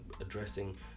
addressing